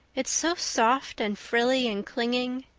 it's so soft and frilly and clinging.